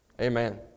Amen